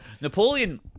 Napoleon